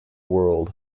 world